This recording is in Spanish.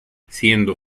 siendo